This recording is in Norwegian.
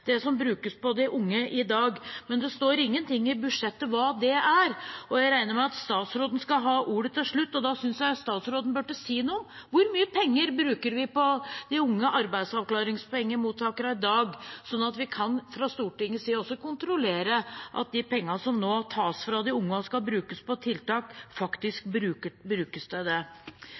det som brukes på de unge i dag, men det står ingenting i budsjettet om hva det er. Jeg regner med at statsråden skal ha ordet til slutt, og da synes jeg statsråden burde si noe om hvor mye penger vi bruker på de unge mottakerne av arbeidsavklaringspenger i dag, sånn at vi fra Stortingets side også kan kontrollere at de pengene som nå tas fra de unge, og som skal brukes på tiltak, faktisk brukes til det.